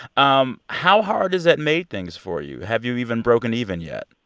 um how hard has that made things for you? have you even broken even yet?